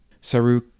Saru